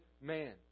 man